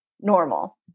normal